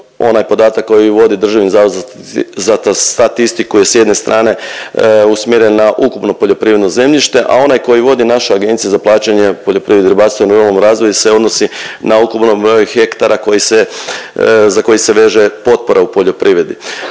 onaj podatak koji vodi Državni zavod za statistiku je s jedne strane usmjeren na ukupno poljoprivredno zemljište, a onaj koji vodi naša APPRRR se odnosi na ukupan broj hektara koji se, za koji se veže potpora u poljoprivredi.